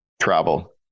travel